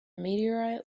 meteorite